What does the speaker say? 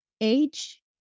age